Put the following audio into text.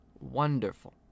wonderful